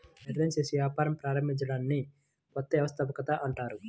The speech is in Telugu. ధైర్యం చేసి వ్యాపారం ప్రారంభించడాన్ని కొత్త వ్యవస్థాపకత అంటారు